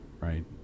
right